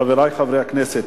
חברי חברי הכנסת,